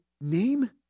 name